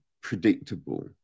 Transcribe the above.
predictable